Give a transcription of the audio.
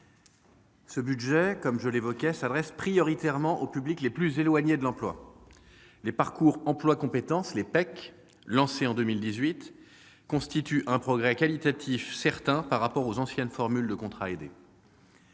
Ce budget, comme je l'évoquais, s'adresse prioritairement aux publics les plus éloignés de l'emploi. Les parcours emploi compétences (PEC), lancés en 2018, constituent un progrès qualitatif certain par rapport aux anciennes formules de contrats aidés,